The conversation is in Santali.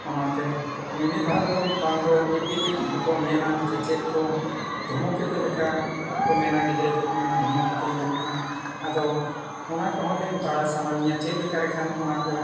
ᱚᱱᱟᱛᱮ ᱢᱤᱢᱤᱫ ᱫᱷᱟᱣ ᱫᱚ ᱵᱟᱝ ᱫᱚ ᱤᱯᱤᱞ ᱤᱡ ᱦᱚᱸᱠᱚ ᱢᱮᱱᱟ ᱪᱮᱪᱮᱫ ᱠᱚ ᱫᱷᱩᱢᱠᱮᱛᱩ ᱞᱮᱠᱟ ᱠᱚ ᱢᱮᱱᱟ ᱜᱤᱫᱽᱨᱟᱹ ᱠᱚᱠᱚ ᱢᱮᱱᱟ ᱫᱷᱩᱢᱠᱮᱛᱩ ᱧᱩᱨᱦᱩᱜ ᱠᱱᱟ ᱟᱫᱚ ᱚᱱᱟ ᱠᱚᱦᱚᱸ ᱞᱤᱧ ᱵᱟᱲᱟᱭ ᱥᱟᱱᱟᱞᱤᱧᱟ ᱪᱮᱫ ᱞᱮᱠᱟ ᱞᱮᱱᱠᱷᱟᱱ ᱚᱱᱟ ᱠᱚ